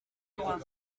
croire